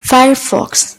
firefox